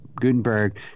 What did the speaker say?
gutenberg